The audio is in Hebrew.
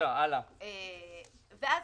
ואז